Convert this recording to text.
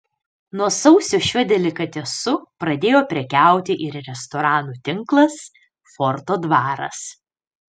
nuo sausio šiuo delikatesu pradėjo prekiauti ir restoranų tinklas forto dvaras